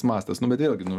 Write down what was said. mastas nu bet vėlgi nu